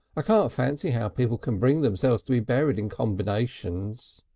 i can't fancy how people can bring themselves to be buried in combinations.